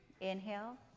Inhale